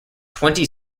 twenty